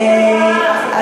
לא מתאים לך,